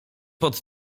pod